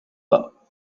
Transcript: pas